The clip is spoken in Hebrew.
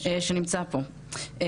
שנמצא פה.